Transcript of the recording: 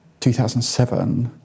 2007